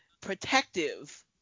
Protective